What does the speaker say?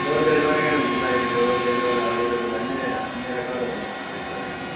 door delivery కూడా ఉంది sir ఇక్కడ డోర్ డెలివ అవైలబుల్ అన్నీ అన్నిరకాలు ఉన్నాయి మన రెస్టారెంట్లో